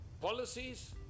policies